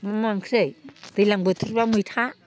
मा मा ओंख्रै दैज्लां बोथोरब्ला मैथा